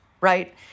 right